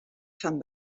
fan